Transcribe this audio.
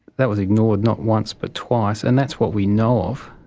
that was ignored not once but twice, and that's what we know of.